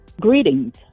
Greetings